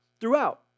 throughout